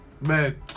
man